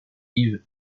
yves